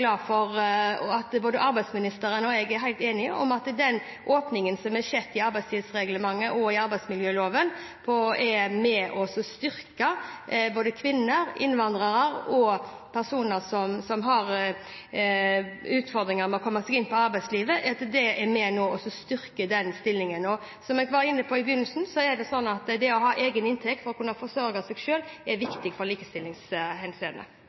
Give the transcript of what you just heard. glad for at arbeidsministeren og jeg er helt enige om at den åpningen som har skjedd i arbeidstidsreglementet og i arbeidsmiljøloven, er med på å styrke både kvinner, innvandrere og personer som har utfordringer med å komme inn på arbeidslivet. Det styrker deres stilling. Som jeg var inne på i begynnelsen, er det å ha egen inntekt for å kunne forsørge seg selv viktig i likestillingssammenheng. «I likestillingsmeldinga er